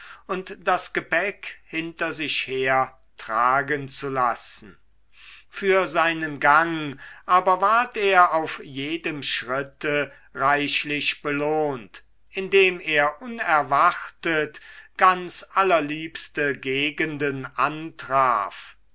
und das gepäck hinter sich her tragen zu lassen für seinen gang aber ward er auf jedem schritte reichlich belohnt indem er unerwartet ganz allerliebste gegenden antraf